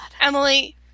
Emily